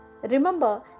Remember